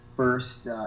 First